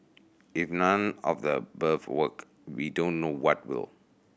if none of the above work we don't know what will